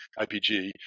IPG